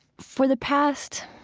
for the past